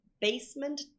basement